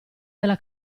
della